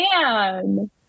man